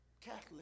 Catholic